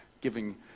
giving